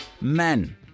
Men